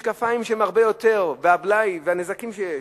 של משקפיים שהם הרבה יותר, והבלאי והנזקים שיש?